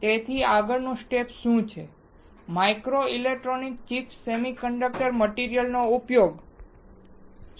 તેથી આગળનું સ્ટેપ શું છે માઇક્રોઇલેક્ટ્રોનિક ચિપ્સ સેમીકન્ડક્ટર મટીરીયલનો ઉપયોગ